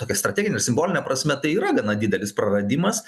tokia strategine ir simboline prasme tai yra gana didelis praradimas